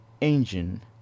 engine